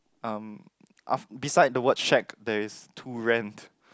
um af~ beside the word shack there is to rent